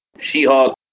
She-Hulk